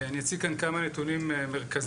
אני אציג כאן כמה נתונים על